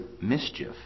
mischief